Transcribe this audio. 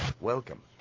...welcome